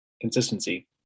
consistency